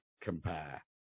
compare